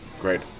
Great